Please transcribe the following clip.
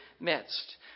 midst